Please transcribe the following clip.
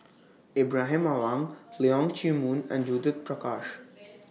Ibrahim Awang Leong Chee Mun and Judith Prakash